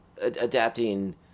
adapting